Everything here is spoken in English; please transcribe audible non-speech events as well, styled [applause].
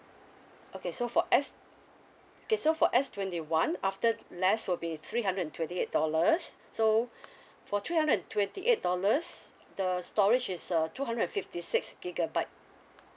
okay so for S okay so for S twenty one after less will be three hundred and twenty eight dollars so [breath] for three hundred and twenty eight dollars the storage is uh two hundred and fifty six gigabyte